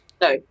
No